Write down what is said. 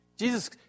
Jesus